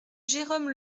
jérome